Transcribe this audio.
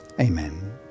Amen